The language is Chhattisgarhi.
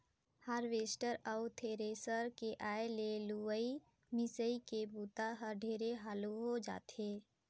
हारवेस्टर अउ थेरेसर के आए ले लुवई, मिंसई के बूता हर ढेरे हालू हो जाथे